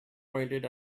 pointed